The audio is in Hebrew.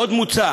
עוד מוצע,